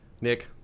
nick